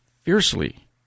fiercely